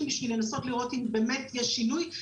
בשביל לנסות לראות אם באמת יש שינוי.